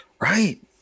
right